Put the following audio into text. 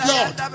Lord